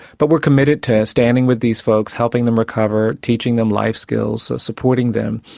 but we're committed to standing with these folks, helping them recover, teaching them life skills, so supporting them.